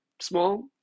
small